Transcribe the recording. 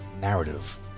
narrative